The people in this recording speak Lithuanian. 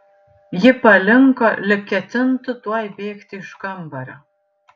ji palinko lyg ketintų tuoj bėgti iš kambario